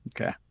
Okay